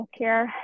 healthcare